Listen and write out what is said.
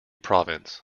province